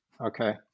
Okay